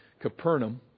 Capernaum